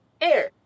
Air